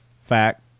fact